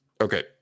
Okay